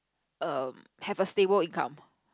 um have a stable income